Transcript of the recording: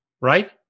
Right